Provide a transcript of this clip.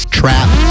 trap